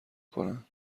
کنند